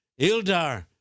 Ildar